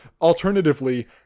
alternatively